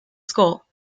skull